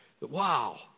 Wow